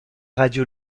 radio